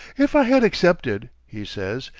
if i had accepted, he says,